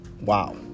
Wow